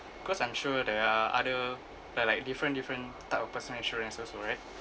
cause I'm sure there are other there are like different different type of personal insurance also right